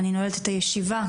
אני נועלת את הישיבה.